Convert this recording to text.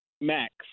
Max